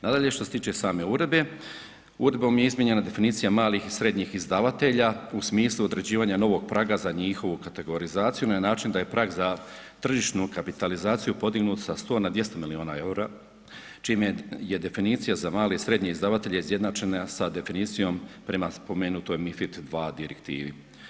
Nadalje, što se tiče same uredbe, uredbom je izmijenjena definicija malih i srednjih izdavatelja u smislu određivanja novog praga za njihovu kategorizaciju na način da je prag za tržišnu kapitalizaciju podignut sa 100 na 200 milijuna EUR-a čime je definicija za male i srednje izdavatelje izjednačena sa definicijom prema spomenutoj mifit 2 direktivi.